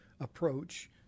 approach